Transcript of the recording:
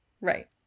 right